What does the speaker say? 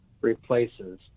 replaces